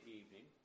evening